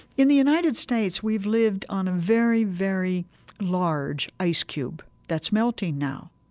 in the united states, we've lived on a very, very large ice cube that's melting now.